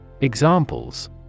Examples